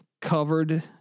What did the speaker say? covered